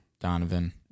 Donovan